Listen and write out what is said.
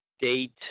date